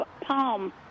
palm